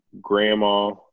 Grandma